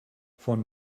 von